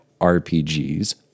RPGs